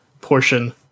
portion